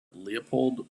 leopold